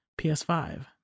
ps5